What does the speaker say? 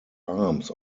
arms